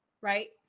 right